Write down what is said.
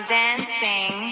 dancing